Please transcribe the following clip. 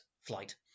flight